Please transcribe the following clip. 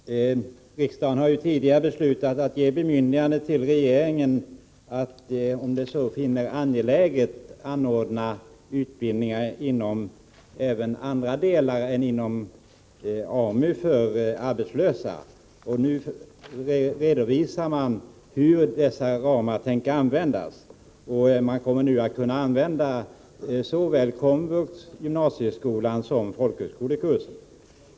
Herr talman! Riksdagen har ju tidigare beslutat att ge bemyndigande till regeringen att, om den så finner angeläget, anordna utbildningar för arbetslösa även på annat sätt än inom AMU. Nu redovisar man hur man tänker använda dessa ramar; man kommer att kunna använda såväl komvux som gymnasieskolan och folkhögskolan.